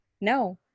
No